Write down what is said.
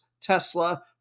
Tesla